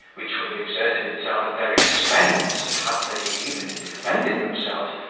which would have exerted itself at their expense, had they, even in defending themselves,